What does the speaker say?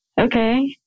okay